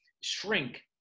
shrink